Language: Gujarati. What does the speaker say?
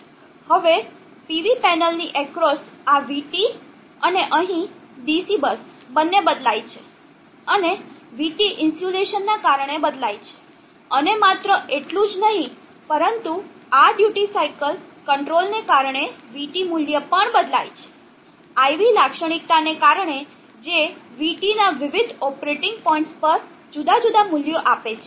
હવે PV પેનલની એક્રોસ આ vT અને અહીં DC બસ બંને બદલાય છે અને vT ઇન્સ્યુલેશનને કારણે બદલાય છે અને માત્ર એટલું જ નહીં પરંતુ આ ડ્યુટી સાઇકલ કંટ્રોલ ને કારણે vT મૂલ્ય પણ બદલાય છે IV લાક્ષણિકતાને કારણે જે vT ના વિવિધ ઓપરેટિંગ પોઇન્ટ્સ પર જુદા જુદા મૂલ્યો આપે છે